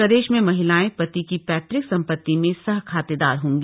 प्रदेश में महिलाएं पति की पैतृक संपति में सह खातेदार होंगी